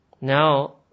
Now